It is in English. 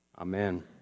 Amen